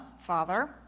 Father